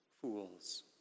fools